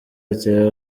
atewe